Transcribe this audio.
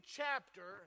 chapter